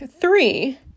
three